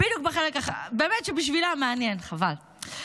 חבל, באמת שבשבילם מעניין, חבל.